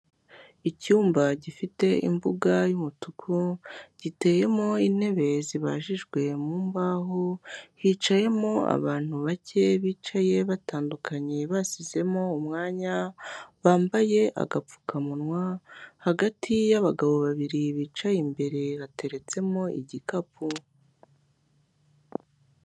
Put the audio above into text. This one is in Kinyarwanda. Icyumba gifite imbuga y'umutuku, giteyemo intebe zibajijwe mu mbaho, hicayemo abantu bake bicaye batandukanye basizemo umwanya, bambaye agapfukamunwa, hagati y'abagabo babiri bicaye imbere bateretsemo igikapu.